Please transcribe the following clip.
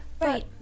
right